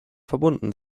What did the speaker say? verbunden